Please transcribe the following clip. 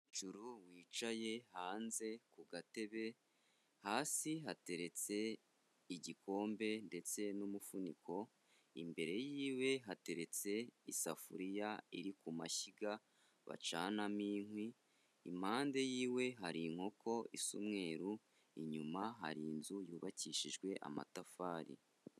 Hejuru wicaye hanze ku gatebe hasi hateretse igikombe ndetse n'umufuniko imbere yiwe hateretse isafuriya iri ku mashyiga bacanamo inkwi impande y'iwe hari inkoko isa umweru inyuma hari inzu yubakishijwe amatafari.